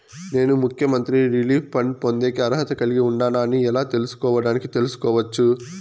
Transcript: నేను ముఖ్యమంత్రి relief fund పొందేకి అర్హత కలిగి ఉండానా అని ఎలా తెలుసుకోవడానికి తెలుసుకోవచ్చు